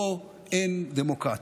שם אין דמוקרטיה".